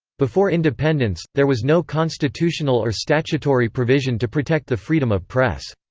before independence, there was no constitutional or statutory provision to protect the freedom of press.